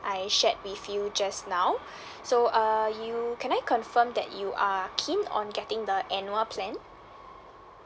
I shared with you just now so uh you can I confirm that you are keen on getting the annual plan